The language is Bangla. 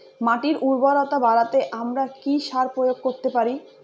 মাটির উর্বরতা বাড়াতে আমরা কি সার প্রয়োগ করতে পারি?